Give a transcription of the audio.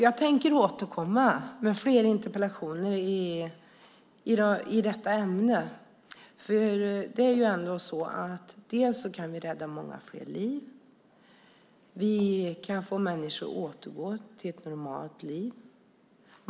Jag tänker återkomma med flera interpellationer i detta ämne, för det är ändå så att vi dels kan rädda många fler liv, dels kan få människor att återgå till ett normalt liv.